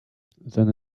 then